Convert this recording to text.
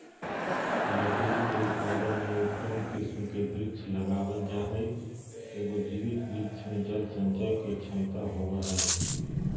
लकड़ी उत्पादन में उत्तम किस्म के वृक्ष लगावल जा हई, एगो जीवित वृक्ष मे जल संचय के क्षमता होवअ हई